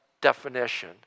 definition